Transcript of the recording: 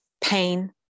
pain